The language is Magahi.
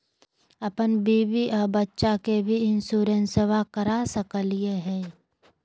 अपन बीबी आ बच्चा के भी इंसोरेंसबा करा सकली हय?